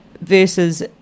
versus